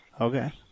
Okay